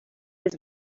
his